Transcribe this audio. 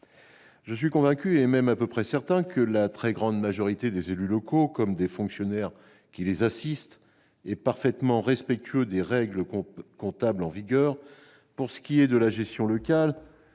Je suis convaincu, et même à peu près certain, que la très grande majorité des élus locaux, comme des fonctionnaires qui les assistent, est parfaitement respectueuse des règles comptables en vigueur pour ce qui est de la gestion locale.